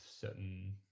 certain